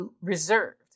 reserved